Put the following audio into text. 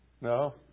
No